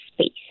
space